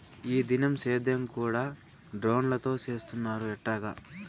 ఈ దినం సేద్యం కూడ డ్రోన్లతో చేస్తున్నారు ఎట్టాగా